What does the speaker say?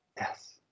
Yes